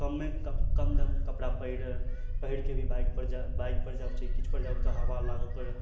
कमे कम दम कपड़ा पहिर के भी बाइक पर जाइ छी किछु पर जायब तऽ हवा लागत